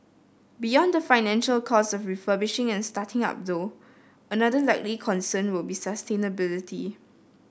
beyond the financial costs of refurbishing and starting up though another likely concern will be sustainability